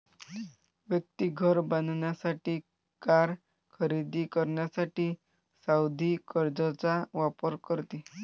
व्यक्ती घर बांधण्यासाठी, कार खरेदी करण्यासाठी सावधि कर्जचा वापर करते